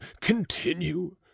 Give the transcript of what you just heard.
continue